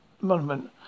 monument